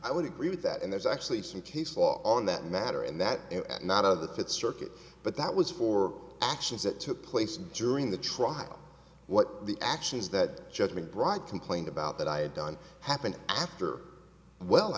i would agree with that and there's actually some case law on that matter and that not of the fifth circuit but that was for actions that took place during the trial what the actions that judgment bride complained about that i had done happened after well